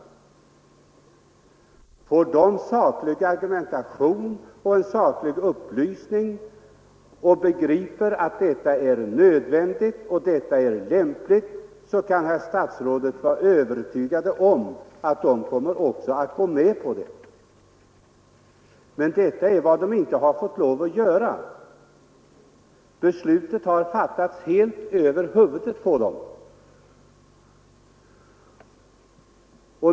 Får de riktig argumentation och saklig upplysning och får klart för sig att detta är nödvändigt och lämpligt, kan herr statsrådet vara övertygad om att de också kommer att gå med på det. Men detta har de inte fått lov att göra — beslutet har fattats helt över huvudet på dem.